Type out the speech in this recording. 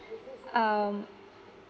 um